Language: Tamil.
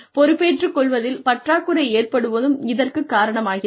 பொறுப்பேற்றுக் கொள்வதில் பற்றாக்குறை ஏற்படுவதும் இதற்குக் காரணமாகிறது